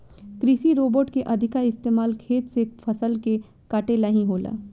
कृषि रोबोट के अधिका इस्तमाल खेत से फसल के काटे ला ही होला